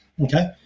Okay